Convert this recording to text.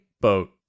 boat